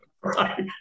Right